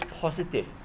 positive